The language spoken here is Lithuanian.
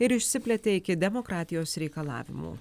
ir išsiplėtė iki demokratijos reikalavimų